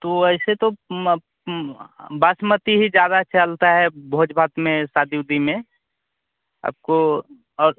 तो ऐसे तो बासमती ही ज़्यादा चलता है भोज भात में शादी ओदी में आपको और